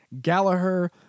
Gallagher